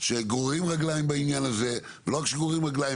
שגוררים רגליים בעניין הזה לא רק שגוררים רגליים,